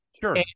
Sure